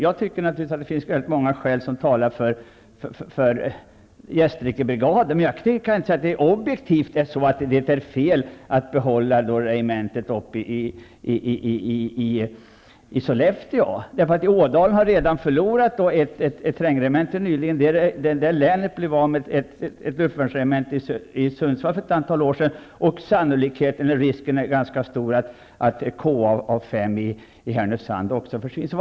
Jag tycker naturligtvis att det finns många skäl som talar för Gästrikebrigaden, men jag kan inte säga att det är objektivt och att det är fel att behålla regementet i Sollefteå; Ådalen har redan nyligen förlorat ett trängregemente, länet blev av med ett luftvärnsregemente i Sundsvall för ett antal år sedan, och risken är ganska stor att KA 5 i Härnösand också försvinner.